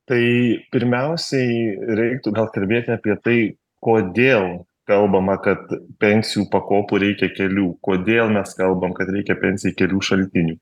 tai pirmiausiai reiktų gal kalbėti apie tai kodėl kalbama kad pensijų pakopų reikia kelių kodėl mes kalbam kad reikia pensijai kelių šaltinių